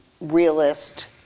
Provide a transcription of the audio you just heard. realist